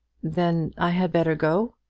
then i had better go?